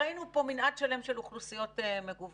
ראינו פה מנעד שלם של אוכלוסיות מגוונות,